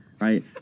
Right